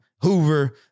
Hoover